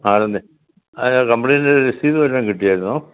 ആണെന്നേ അതെന്നാൽ കംപ്ലയിൻറ് രസീത് വല്ലതും കിട്ടിയിരുന്നോ